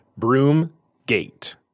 Broomgate